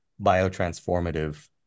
biotransformative